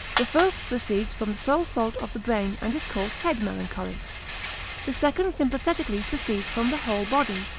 the first proceeds from the sole fault of the brain, and is called head melancholy the second sympathetically proceeds from the whole body,